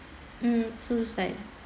mm suicide